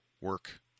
work